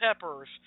peppers